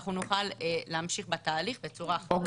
שאנחנו נוכל להמשיך בתהליך בצורה אחראית.